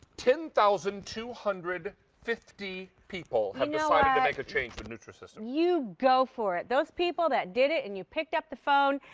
ten thousand two hundred and fifty people have decided to make a change to nutrisystem. you go for it. those people that did it and you picked up the phone,